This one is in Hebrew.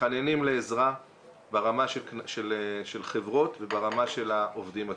מתחננים לעזרה ברמה של חברות וברמה של העובדים עצמם.